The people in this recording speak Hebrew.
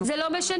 זה לא משנה,